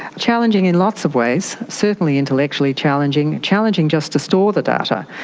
challenging in lots of ways, certainly intellectually challenging, challenging just to store the data,